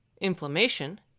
inflammation